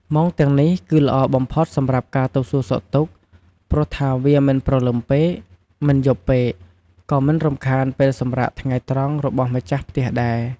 ម៉ោងទាំងនេះគឺល្អបំផុតសម្រាប់ការទៅសួរសុខទុក្ខ ព្រោះថាវាមិនព្រលឹមពេក មិនយប់ពេក ក៏មិនរំខានពេលសម្រាកថ្ងៃត្រង់របស់ម្ចាស់ផ្ទះដែរ។